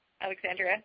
Alexandra